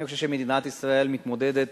אני חושב שמדינת ישראל מתמודדת